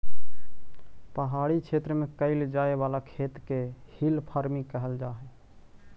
पहाड़ी क्षेत्र में कैइल जाए वाला खेत के हिल फार्मिंग कहल जा हई